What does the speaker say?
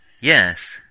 Yes